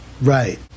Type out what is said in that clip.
Right